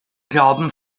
glauben